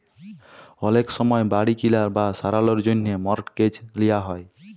অলেক সময় বাড়ি কিলার বা সারালর জ্যনহে মর্টগেজ লিয়া হ্যয়